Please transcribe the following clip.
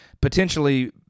potentially